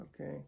Okay